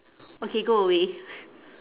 okay go away